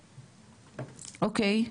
אוקי,